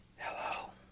Hello